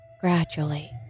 gradually